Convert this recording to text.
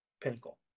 pinnacle